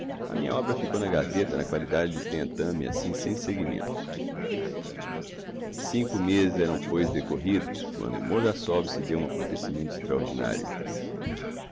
a minha obra ficou na gaveta na qualidade de tentame sem seguimento cinco mezes eram pois decorridos quando em mordassov se deu um acontecimento extraordinario